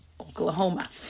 Oklahoma